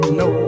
no